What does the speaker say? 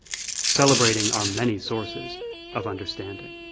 celebrating our many sources of understanding.